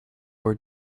were